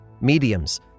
mediums